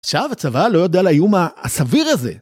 עכשיו הצבא לא יודע על האיום הסביר הזה